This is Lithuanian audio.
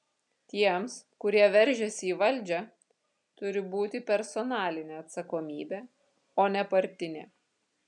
tiems kurie veržiasi į valdžią turi būti personalinė atsakomybė o ne partinė